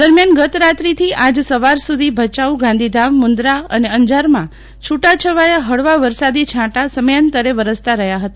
દરમ્યાન ગત રાત્રી થી આજ સવાર સુધી ભયાઉગાંધીધામમુન્દ્રા અને અંજાર માં છુટાછવાયા ફળવા વરસાદી છાંટા સમયાંતરે વરસતા રહ્યા ફતા